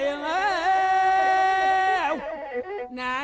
you know